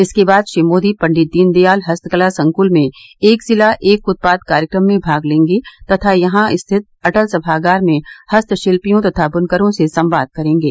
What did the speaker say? इसके बाद श्री मोदी पंडित दीनदयाल हस्तकला संक्ल में एक जिला एक उत्पाद कार्यक्रम में भाग लेंगे तथा यहां स्थित अटल सभागार में हस्तशिल्पियों तथा बुनकरों से संवाद करेंगे